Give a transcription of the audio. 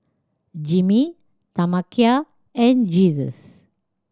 Jimmie Tamekia and Jesus